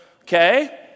okay